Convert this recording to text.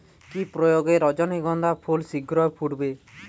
কি প্রয়োগে রজনীগন্ধা ফুল শিঘ্র ফুটবে?